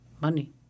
Money